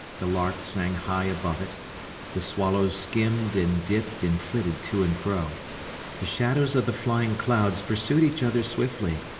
the larks sang high above it the swallows skimmed and dipped and flitted to and fro the shadows of the flying clouds pursued each other swiftly,